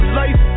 life